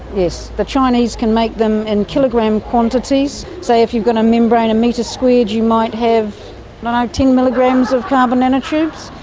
yes. the chinese can make them in kilogram quantities. say if you've got a membrane a metre squared you might have and ten milligrams of carbon nanotubes,